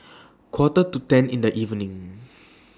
Quarter to ten in The evening